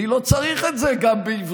אני לא צריך את זה גם בעברית.